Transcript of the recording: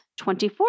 24